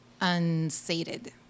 unsated